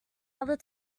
other